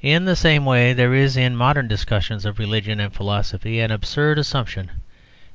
in the same way, there is in modern discussions of religion and philosophy an absurd assumption